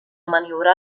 maniobrar